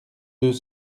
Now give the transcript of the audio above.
deux